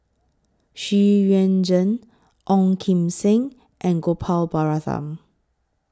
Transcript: Xu Yuan Zhen Ong Kim Seng and Gopal Baratham